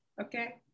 Okay